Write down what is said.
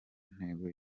ntego